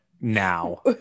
now